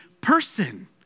person